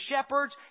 shepherds